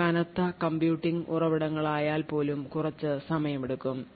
കനത്ത കമ്പ്യൂട്ടിംഗ് ഉറവിടങ്ങളായാൽ പോലും കുറച്ച് സമയമെടുക്കും